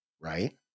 right